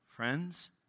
Friends